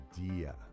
idea